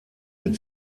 mit